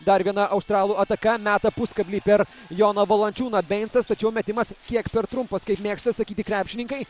dar viena australų ataka meta puskablį per joną valančiūną beincas tačiau metimas kiek per trumpas kaip mėgsta sakyti krepšininkai